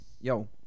Yo